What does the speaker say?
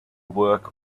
work